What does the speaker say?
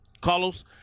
Carlos